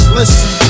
listen